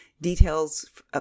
details